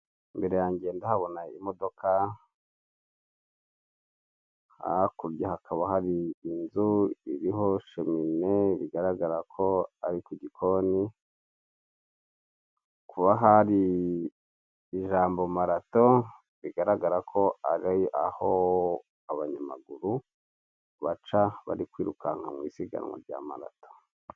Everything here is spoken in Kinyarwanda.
Imbere yange ndahabona imodoka, hakurya hakaba hari inzu iriho shemine, bigaragara ko ari ku gikoni, kuba hari ijambo marato, bigararaga ko ari aho abanyamaguru baca bari kwirukanka mu isigamwa rya marato.